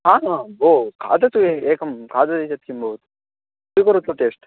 आ भो खादतु ए एकं खादति चेत् किं भो स्वीकरोतु टेस्ट्